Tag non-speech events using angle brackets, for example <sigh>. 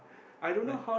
<noise> like